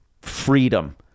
freedom